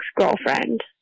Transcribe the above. ex-girlfriend